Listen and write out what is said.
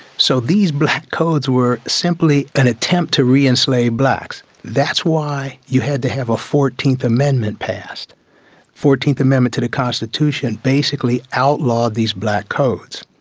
so these black codes were simply an attempt to re-enslave blacks. that's why you had to have a fourteenth amendment passed. the fourteenth amendment to the constitution basically outlawed these black codes.